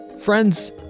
Friends